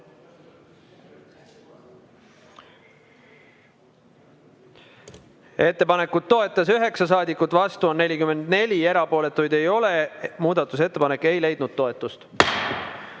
Ettepanekut toetas 9 saadikut, vastu on 44, erapooletuid ei ole. Muudatusettepanek ei leidnud toetust.